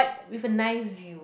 with a nice view